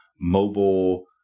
mobile